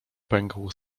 pękł